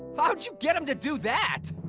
how'd you get him to do that?